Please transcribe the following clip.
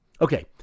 Okay